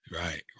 right